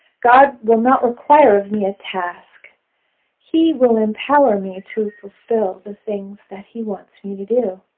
god will not require of me a task he will empower me to fulfill the things that he wants me to do.